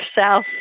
South